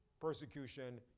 Persecution